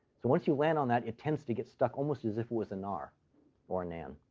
so once you land on that, it tends to get stuck almost as if it was a nar or a nan,